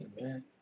Amen